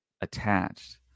attached